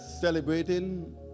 celebrating